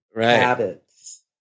habits